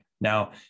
Now